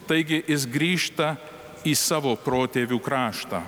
taigi jis grįžta į savo protėvių kraštą